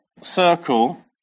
circle